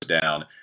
down